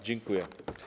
Dziękuję.